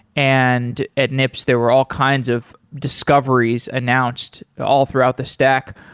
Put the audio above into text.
and at nips there were all kinds of discoveries announced all throughout the stack.